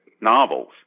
novels